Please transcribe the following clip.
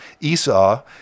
Esau